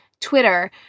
Twitter